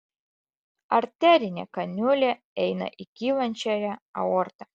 arterinė kaniulė eina į kylančiąją aortą